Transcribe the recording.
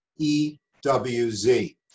EWZ